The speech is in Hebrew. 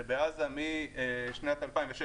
שבעזה משנת 2006,